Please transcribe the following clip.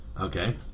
Okay